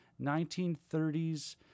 1930s